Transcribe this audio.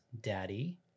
Daddy